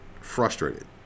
frustrated